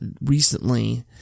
recently